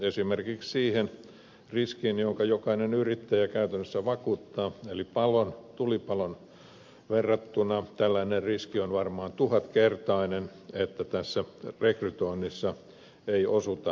esimerkiksi siihen riskiin jonka jokainen yrittäjä käytännössä vakuuttaa eli tulipaloon verrattuna tällainen riski on varmaan tuhatkertainen että tässä rekrytoinnissa ei osuta oikeaan